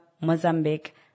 Mozambique